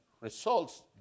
results